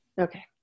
okay